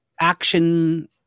action